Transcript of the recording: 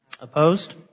Opposed